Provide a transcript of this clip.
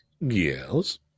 Yes